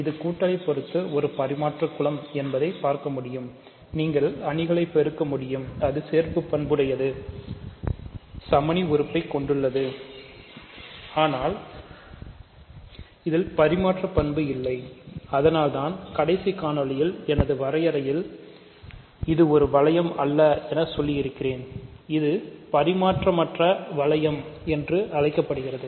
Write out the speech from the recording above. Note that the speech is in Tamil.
இது கூட்டலை பொறுத்து ஒரு பரிமாற்று குலம் என்று அழைக்கப்படுகிறது